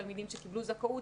תלמידים שקיבלו זכאות,